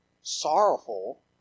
sorrowful